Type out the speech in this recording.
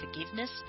forgiveness